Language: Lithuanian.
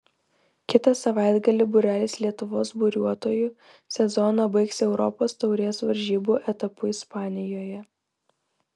kitą savaitgalį būrelis lietuvos buriuotojų sezoną baigs europos taurės varžybų etapu ispanijoje